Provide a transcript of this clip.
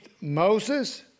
Moses